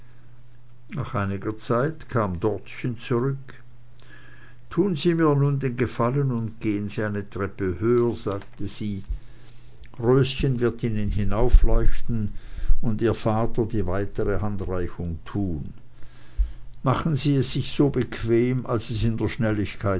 nach einiger zeit kam dortchen zurück tun sie mir nun den gefallen und gehen sie eine treppe höher sagte sie röschen wird ihnen hinaufleuchten und ihr vater die weitere handreichung tun machen sie sich so bequem als es in der schnelligkeit